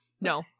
no